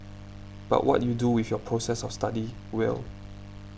but what you do with your process of study will